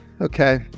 Okay